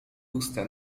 usta